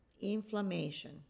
inflammation